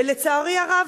ולצערי הרב,